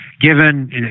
given